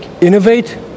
innovate